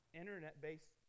internet-based